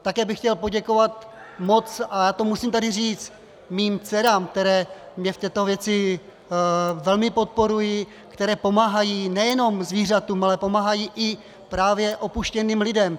Také bych chtěl poděkovat moc a já to musím tady říct svým dcerám, které mě v této věci velmi podporují, které pomáhají nejenom zvířatům, ale pomáhají i právě opuštěným lidem.